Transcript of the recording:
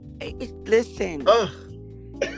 Listen